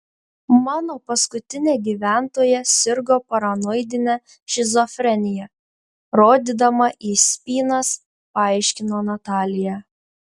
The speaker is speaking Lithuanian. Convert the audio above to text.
mano paskutinė gyventoja sirgo paranoidine šizofrenija rodydama į spynas paaiškino natalija